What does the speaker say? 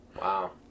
Wow